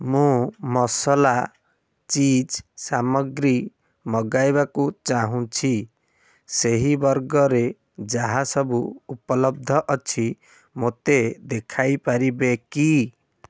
ମୁଁ ମସଲା ଚିଜ୍ ସାମଗ୍ରୀ ମଗାଇବାକୁ ଚାହୁଁଛି ସେହି ବର୍ଗରେ ଯାହା ସବୁ ଉପଲବ୍ଧ ଅଛି ମୋତେ ଦେଖାଇ ପାରିବେ କି